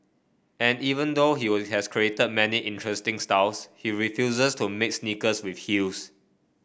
and even though he were has created many interesting styles he refuses to make sneakers with heels